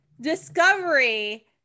Discovery